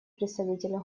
представитель